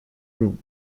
room